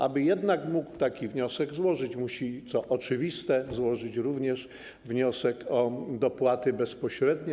Aby jednak mógł taki wniosek złożyć, musi, co oczywiste, złożyć również wniosek o dopłaty bezpośrednie.